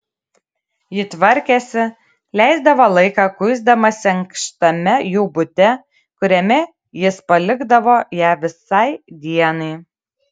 ji tvarkėsi leisdavo laiką kuisdamasi ankštame jų bute kuriame jis palikdavo ją visai dienai